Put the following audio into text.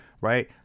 right